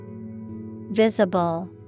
Visible